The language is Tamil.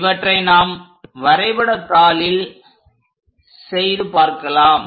இவற்றை நாம் வரைபடத்தாளில் செய்து பார்க்கலாம்